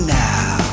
now